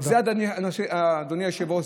אדוני היושב-ראש,